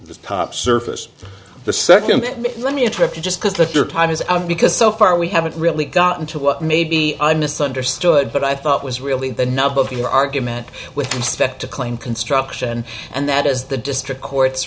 the top surface the second let me interrupt you just because the time is out because so far we haven't really gotten to what maybe i misunderstood but i thought was really the nub of your argument with respect to claim construction and that is the district court